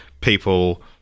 people